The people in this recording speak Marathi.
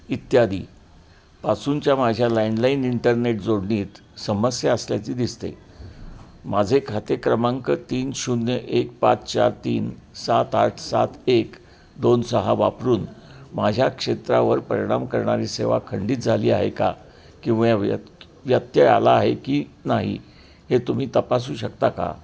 इत्यादी पासूनच्या माझ्या लँडलाईन इंटरनेट जोडणीत समस्या असल्याचे दिसते माझे खाते क्रमांक तीन शून्य एक पाच चार तीन सात आठ सात एक दोन सहा वापरून माझ्या क्षेत्रावर परिणाम करणारी सेवा खंडित झाली आहे का किंवा व्य व्यत्यय आला आहे की नाही हे तुम्ही तपासू शकता का